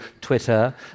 Twitter